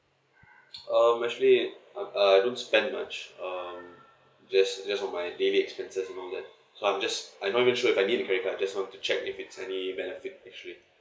um actually uh I don't spend much um just just for my daily expenses among that so I'm just I'm not even sure if I need a credit card just want to check if it's any benefit actually